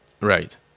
Right